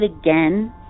again